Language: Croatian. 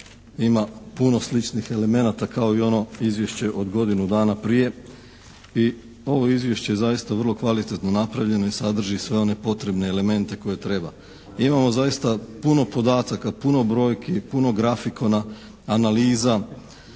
ima puno sličnih elemenata kao i ono Izvješće od godinu dana prije i ovo Izvješće je zaista vrlo kvalitetno napravljeno i sadrži sve one potrebne elemente koje treba. Mi imamo zaista puno podataka, puno brojki, puno grafikona, analiza,